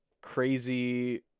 crazy